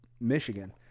Michigan